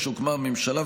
משהוקמה הממשלה,